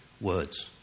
words